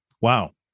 Wow